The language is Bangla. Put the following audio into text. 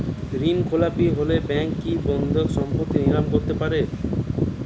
ঋণখেলাপি হলে ব্যাঙ্ক কি বন্ধকি সম্পত্তি নিলাম করতে পারে?